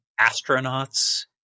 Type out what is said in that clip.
astronauts